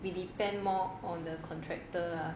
we depend more on the contractor lah